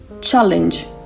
challenge